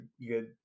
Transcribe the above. good